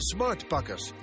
SmartPakkers